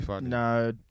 no